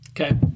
Okay